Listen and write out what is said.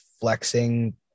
flexing